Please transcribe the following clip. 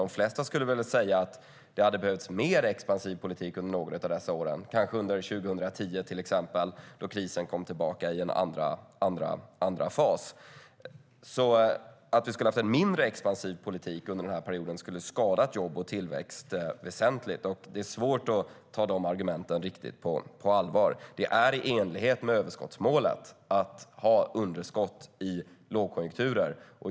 De flesta skulle väl säga att det hade behövts mer expansiv politik under några av dessa år, till exempel under 2010 då krisen kom tillbaka i en andra fas. Att vi skulle ha haft en mindre expansiv politik under den här perioden skulle alltså ha skadat jobb och tillväxt väsentligt. Det är svårt att ta de argumenten riktigt på allvar. Det är i enlighet med överskottsmålet att ha underskott i lågkonjunkturer.